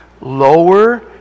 lower